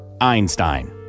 Einstein